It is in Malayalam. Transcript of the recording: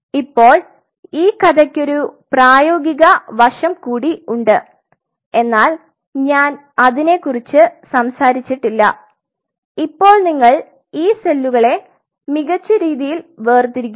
ഇപ്പോൾ ഈ കഥക്കൊരു പ്രായോഗിക വശം കൂടി ഉണ്ട് എന്നാൽ ഞാൻ അതിനെകുറിച്ച് സംസാരിച്ചിട്ടില്ല ഇപ്പോൾ നിങ്ങൾ ഈ സെല്ലുകളെ മികച്ച രീതിയിൽ വേർതിരിക്കുന്നു